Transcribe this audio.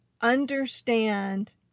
understand